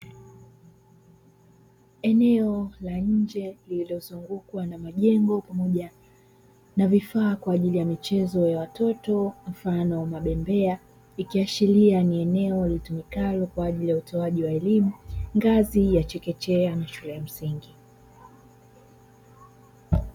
Eneo la nje lililo zungukwa na majengo pamoja na vifaa kwa ajili ya michezo ya watoto mfano mabembea, ikiashiria ni eneo litumikalo kwa ajili ya utoaji wa elimu ngazi ya chekechea na shule ya msingi.